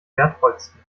wertvollsten